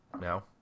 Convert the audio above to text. now